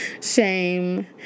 shame